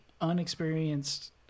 unexperienced